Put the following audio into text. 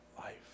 life